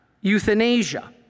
euthanasia